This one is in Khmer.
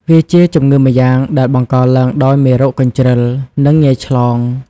វាជាជម្ងឺម្យ៉ាងដែលបង្កឡើងដោយមេរោគកញ្ជ្រឹល និងងាយឆ្លង។